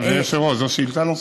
אדוני היושב-ראש, זאת שאילתה נוספת.